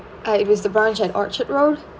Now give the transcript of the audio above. uh it was the branch at orchard road